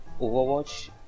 Overwatch